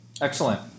excellent